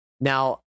Now